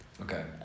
Okay